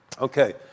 Okay